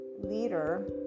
leader